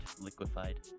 liquefied